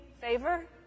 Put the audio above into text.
favor